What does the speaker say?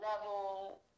level